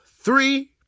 three